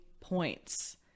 points